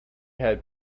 had